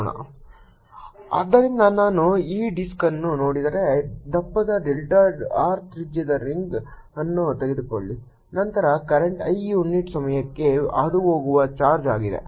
Bz 0I2 r2r2z232 ಆದ್ದರಿಂದ ನಾನು ಈ ಡಿಸ್ಕ್ ಅನ್ನು ನೋಡಿದರೆ ದಪ್ಪದ ಡೆಲ್ಟಾ r ತ್ರಿಜ್ಯದ ರಿಂಗ್ ಅನ್ನು ತೆಗೆದುಕೊಳ್ಳಿ ನಂತರ ಕರೆಂಟ್ I ಯುನಿಟ್ ಸಮಯಕ್ಕೆ ಹಾದುಹೋಗುವ ಚಾರ್ಜ್ ಆಗಿದೆ